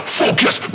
focus